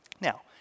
Now